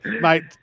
Mate